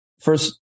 first